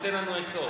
הוא נותן לנו עצות.